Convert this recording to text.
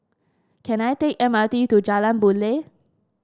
can I take M R T to Jalan Boon Lay